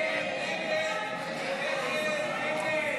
ההצעה להעביר לוועדה את הצעת חוק-יסוד: